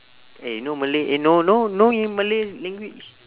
eh no malay eh no no no in malay language